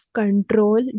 control